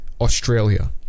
Australia